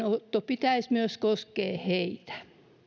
pitäisi myös koskea heitä